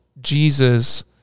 jesus